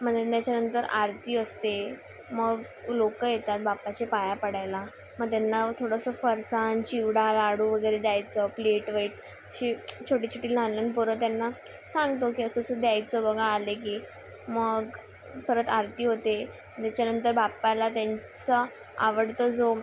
म्याच्यानंतर आरती असते मग लोकं येतात बाप्पाची पाया पडायला म त्यांना थोडंसं फरसान चिवडा लाडू वगेरे द्यायचं प्लेट वाईट ची छोटी छोटी लोरं त्यांना सांगतो की असं असं द्यायचं बघा आले की मग परत आरती होते त्याच्यानंतर बाप्पाला त्यांचा आवडतो जो